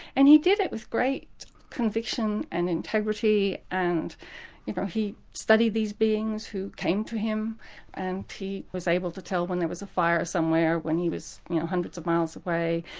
and he did it with great conviction and integrity and you know he studied these beings who came to him and was was able to tell when there was a fire somewhere when he was you know hundreds of miles away.